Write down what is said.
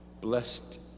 blessed